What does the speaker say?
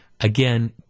again